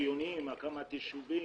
הקמת יישובים.